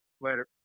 Later